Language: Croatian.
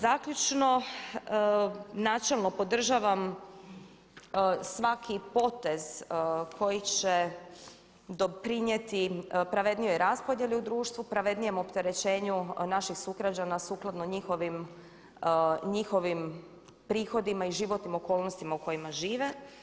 Zaključno, načelno podržavam svaki potez koji će doprinijeti pravednijoj raspodjeli u društvu, pravednijem opterećenju naših sugrađana sukladno njihovim prihodima i životnim okolnostima u kojima žive.